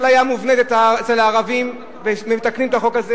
יש אפליה מובנית אצל הערבים ומתקנים את החוק הזה,